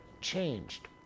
changed